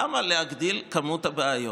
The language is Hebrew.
למה להגדיל את כמות הבעיות?